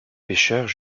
pêcheurs